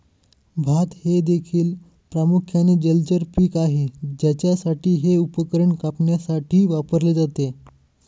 भात हे देखील प्रामुख्याने जलचर पीक आहे ज्यासाठी हे उपकरण कापण्यासाठी वापरले जाते